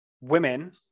Women